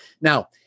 Now